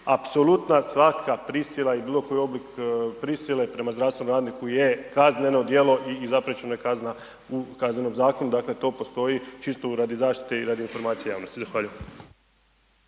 apsolutna svaka prisila i bilo koji oblik prisile prema zdravstvenom radniku je kazneno djelo i zapriječena je kazna u Kaznenom zakonu, dakle to postoji čisto radi zaštite i radi informacije javnosti. Zahvaljujem.